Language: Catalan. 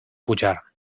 pujar